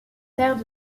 terres